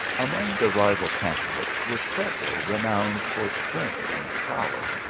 among the rival candidates, were several renowned for strength and prowess.